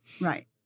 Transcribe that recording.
Right